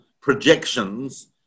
projections